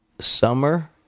Summer